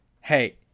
hey